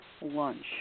lunch